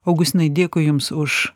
augustinai dėkui jums už